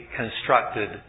constructed